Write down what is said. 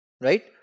Right